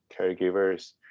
caregivers